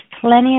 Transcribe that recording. plenty